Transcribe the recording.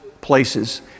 places